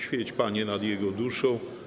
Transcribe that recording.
Świeć, Panie, nad jego duszą.